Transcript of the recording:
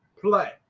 play